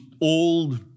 old